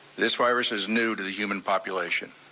this virus is new to the human population.